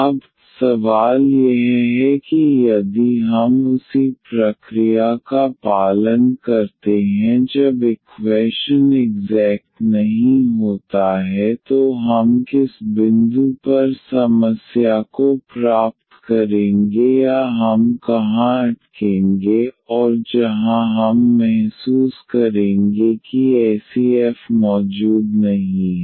अब सवाल यह है कि यदि हम उसी प्रक्रिया का पालन करते हैं जब इक्वैशन इग्ज़ैक्ट नहीं होता है तो हम किस बिंदु पर समस्या को प्राप्त करेंगे या हम कहाँ अटकेंगे और जहाँ हम महसूस करेंगे कि ऐसी f मौजूद नहीं है